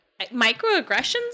microaggressions